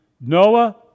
Noah